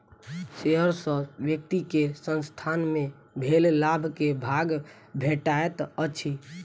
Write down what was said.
share सॅ व्यक्ति के संसथान मे भेल लाभ के भाग भेटैत अछि